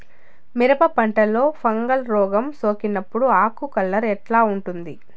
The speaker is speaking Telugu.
మిరప పంటలో ఫంగల్ రోగం సోకినప్పుడు ఆకు కలర్ ఎట్లా ఉంటుంది?